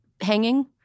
hanging